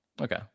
Okay